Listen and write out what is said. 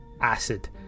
acid